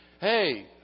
hey